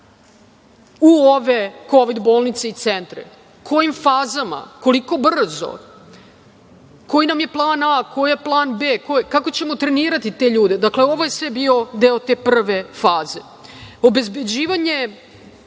u ove kovid bolnice i centre, kojim fazama, koliko brzo, koji nam je plan a, koji je plan b, kako ćemo trenirati te ljude. Dakle, ovo je sve bio deo te prve